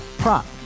prop